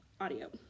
audio